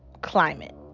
climate